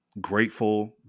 grateful